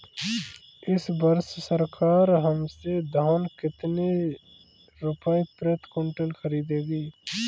इस वर्ष सरकार हमसे धान कितने रुपए प्रति क्विंटल खरीदेगी?